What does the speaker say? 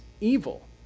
evil